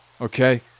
okay